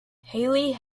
haley